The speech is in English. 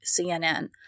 CNN